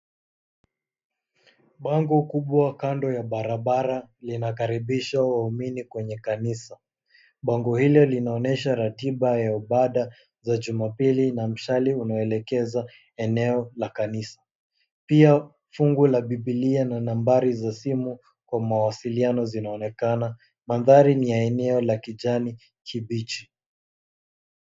Bango kubwa kando ya barabara linakaribisha waumini kwenye kanisa. Bango hilo linaonyesha ratiba ya ibada za Jumapili na mshale unaoelekeza eneo la kanisa. Pia fungu la Biblia na nambari za simu kwa mawasiliano zinaonekana. Mandhari ni ya eneo la kijani kibichi.